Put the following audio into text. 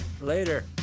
Later